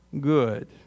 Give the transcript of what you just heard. good